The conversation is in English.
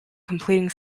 completing